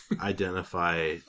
identify